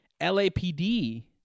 LAPD